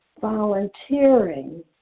volunteering